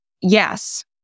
Yes